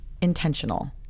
intentional